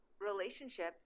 relationship